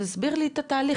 תסביר לי את התהליך.